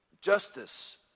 justice